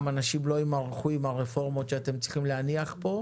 אנשים לא יימרחו עם הרפורמות שאתם צריכים להניח כאן